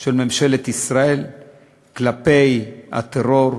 של ממשלת ישראל כלפי הטרור,